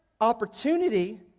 opportunity